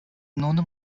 nun